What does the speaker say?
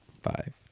Five